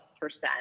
percent